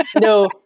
No